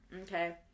okay